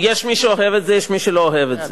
יש מי שאוהב את זה, יש מי שלא אוהב את זה.